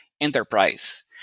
enterprise